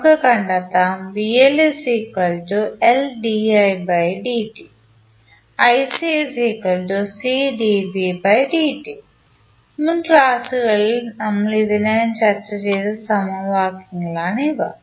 നമുക്ക് കണ്ടെത്താം നമ്മളുടെ മുൻ ക്ലാസുകളിൽ നമ്മൾ ഇതിനകം ചർച്ച ചെയ്ത സമവാക്യങ്ങളാണിവ